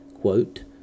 quote